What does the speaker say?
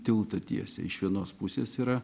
tiltą tiesia iš vienos pusės yra